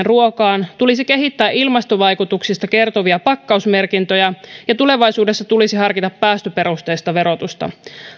ruokaan tulisi kehittää ilmastovaikutuksista kertovia pakkausmerkintöjä ja tulevaisuudessa tulisi harkita päästöperusteista verotusta